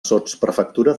sotsprefectura